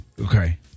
Okay